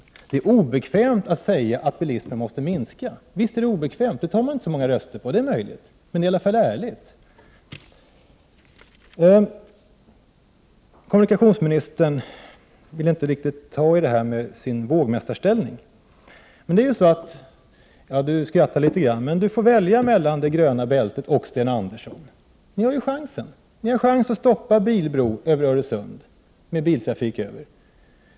Visst är det obekvämt att säga att bilismen måste minska. Det tar man inte så många röster på, det är möjligt. Men det är i alla fall ärligt. Kommunikationsministern vill inte riktigt ta i frågan om sin vågmästarställning. Kommunikationsministern skrattar litet grand, men Georg Andersson får välja mellan det gröna bältet och Sten Andersson. Ni har ju chansen. Ni har chansen att stoppa bilbron över Öresund.